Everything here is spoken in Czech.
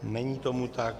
Není tomu tak.